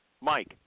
Mike